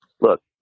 look